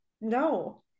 no